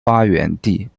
发源地